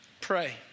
Pray